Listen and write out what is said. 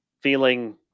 feeling